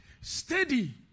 steady